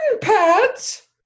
pads